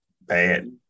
bad